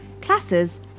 classes